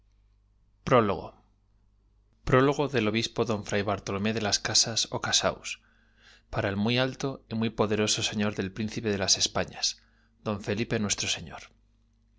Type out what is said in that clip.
o m e ó brevísima relación fin del argumento casas ó casaus ara el muy alto y muy poderoso señor el príncipe dé las españas don f e l i p e nuestro señor